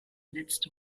letzte